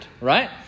right